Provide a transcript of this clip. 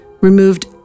removed